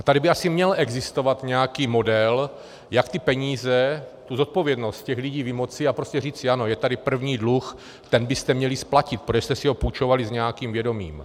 A tady by asi měl existovat nějaký model, jak ty peníze, tu zodpovědnost z těch lidí vymoci a prostě říct ano, je tady první dluh, ten byste měli splatit, protože jste si ho půjčovali s nějakým vědomím.